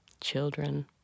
children